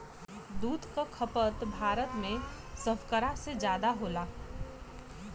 दूध क खपत भारत में सभकरा से जादा होला